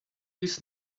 his